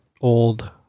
old